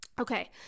okay